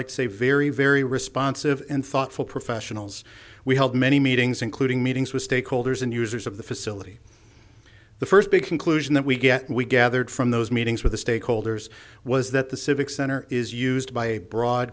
to say very very responsive and thoughtful professionals we helped many meetings including meetings with stakeholders and users of the facility the first big conclusion that we get we gathered from those meetings with the stakeholders was that the civic center is used by a broad